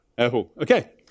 Okay